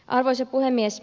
arvoisa puhemies